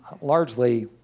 Largely